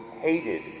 hated